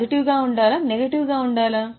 positive గా ఉండాలా నెగటివ్గా ఉండాలా